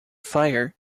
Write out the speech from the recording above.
fire